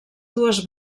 dues